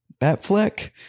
Batfleck